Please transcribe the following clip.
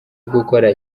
gukora